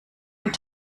und